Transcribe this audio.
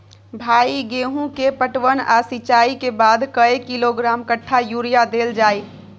भाई गेहूं के पटवन आ सिंचाई के बाद कैए किलोग्राम कट्ठा यूरिया देल जाय?